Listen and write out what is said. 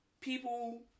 people